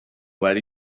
وری